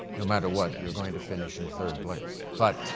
no matter what, you are going to finish in third place, but